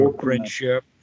friendship